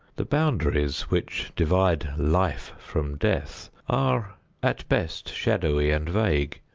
the boundaries which divide life from death are at best shadowy and vague.